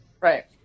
Right